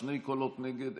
שני קולות נגד,